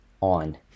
on